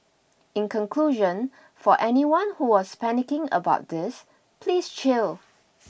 in conclusion for anyone who was panicking about this please chill